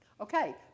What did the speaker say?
okay